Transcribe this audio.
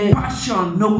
passion